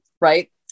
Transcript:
right